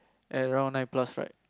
at around nine plus right